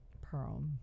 Pearl